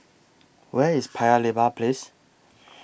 Where IS Paya Lebar Place